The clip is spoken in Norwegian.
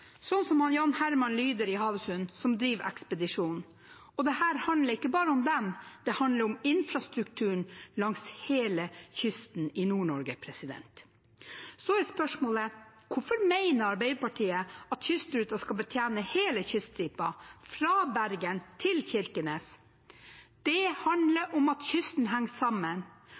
som begge driver ekspedisjon. Og dette handler ikke bare om dem, det handler om infrastrukturen langs hele kysten i Nord-Norge. Så er spørsmålet: Hvorfor mener Arbeiderpartiet at kystruta skal betjene hele kyststripa fra Bergen til Kirkenes? Det handler om at kysten henger sammen,